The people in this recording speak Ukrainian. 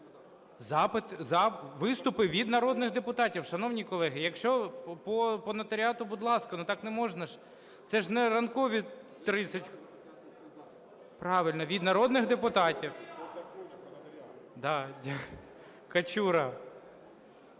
Виступи від народних депутатів, шановні колеги. Якщо по нотаріату, будь ласка, но так неможна, це ж не ранкові 30... Правильно, від народних депутатів. Качура